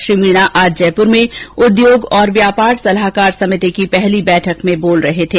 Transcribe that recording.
श्री मीणा आज जयपुर में उद्योग और व्यापार सलाहकार समिति की पहली बैठक को संबोधित कर रहे थे